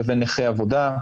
לבין נכי עבודה.